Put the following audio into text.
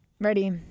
Ready